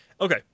Okay